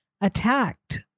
attacked